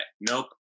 nope